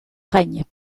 règne